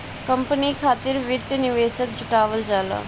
company खातिर वित्तीय निवेशक जुटावल जाला